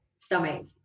stomach